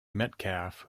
metcalfe